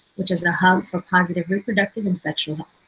which is the hub for positive reproductive and sexual